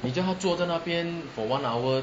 你叫他坐在那边 for one hour